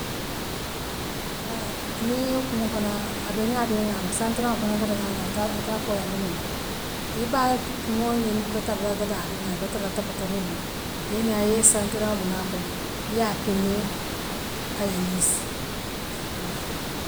Bare niŋ yee kuŋoo fanaa abeŋaa doŋaa le santraŋ kono ŋato ŋaa ta taa foo yaa dunula ibaa kuŋool ňiŋ be tarala dadariŋ aye be tarala topotooriŋ yee naa yee santuraŋ bula a kono ya peňee aye liiss ha.